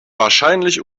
wahrscheinlich